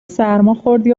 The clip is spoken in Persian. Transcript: سرماخوردی